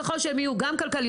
ככל שהן יהיו גם כלכליות,